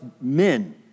men